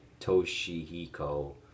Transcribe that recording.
Toshihiko